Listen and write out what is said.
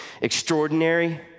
extraordinary